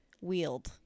wield